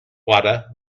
wada